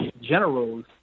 generals